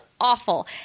awful